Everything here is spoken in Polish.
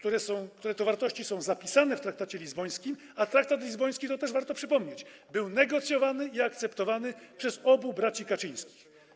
Te wartości są zapisane w traktacie lizbońskim, a traktat lizboński, to też warto przypomnieć, był negocjowany i akceptowany przez obu braci Kaczyńskich.